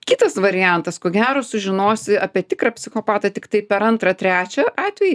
kitas variantas ko gero sužinosi apie tikrą psichopatą tiktai per antrą trečią atvejį